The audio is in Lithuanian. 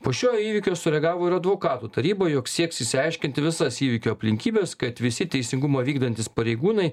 po šio įvykio sureagavo ir advokatų taryba jog sieks išsiaiškinti visas įvykio aplinkybes kad visi teisingumą vykdantys pareigūnai